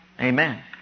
Amen